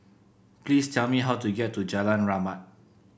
please tell me how to get to Jalan Rahmat